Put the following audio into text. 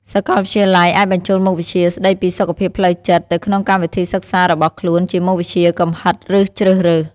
សាកលវិទ្យាល័យអាចបញ្ចូលមុខវិជ្ជាស្តីពីសុខភាពផ្លូវចិត្តទៅក្នុងកម្មវិធីសិក្សារបស់ខ្លួនជាមុខវិជ្ជាកំហិតឬជ្រើសរើស។